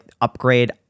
upgrade